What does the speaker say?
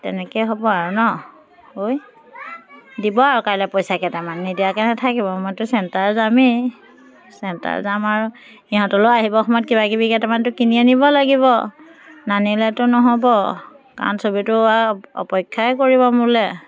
তেনেকৈ হ'ব আৰু ন ঐ দিব আৰু কাইলৈ পইচা কেইটামান নিদিয়াকৈ নাথাকিব মইতো চেণ্টাৰ যামেই চেণ্টাৰ যাম আৰু ইহঁতলৈও আহিব সময়ত কিবাকিবি কেইটামানতো কিনি আনিব লাগিব নানিলেতো নহ'ব কাৰণ চবেইতো আৰু অ অপেক্ষাই কৰিব মোলৈ